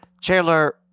Chandler